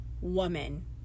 woman